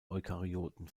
eukaryoten